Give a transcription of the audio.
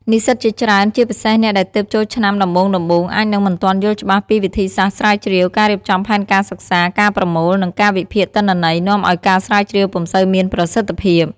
និស្សិតជាច្រើន ជាពិសេសអ្នកដែលទើបចូលឆ្នាំដំបូងៗ អាចនឹងមិនទាន់យល់ច្បាស់ពីវិធីសាស្រ្តស្រាវជ្រាវ ការរៀបចំផែនការសិក្សា ការប្រមូល និងការវិភាគទិន្នន័យ នាំឲ្យការស្រាវជ្រាវពំុសូវមានប្រសិទ្ធភាព។